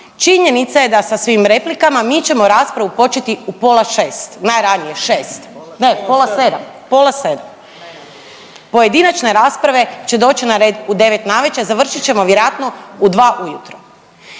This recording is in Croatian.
činjenica je da sa svim replikama mi ćemo raspravu početi u pola 6 najranije, 6. Ne, pola 7, pola 7. pojedinačne rasprave će doći na red u 9 navečer, završit ćemo vjerojatno u 2 ujutro.